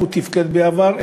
איך הוא תפקד בעבר,